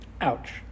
Ouch